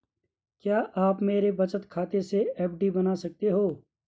क्या आप मेरे बचत खाते से एफ.डी बना सकते हो?